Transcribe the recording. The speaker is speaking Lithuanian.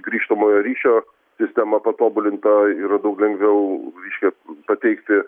grįžtamojo ryšio sistema patobulinta yra daug lengviau reiškia pateikti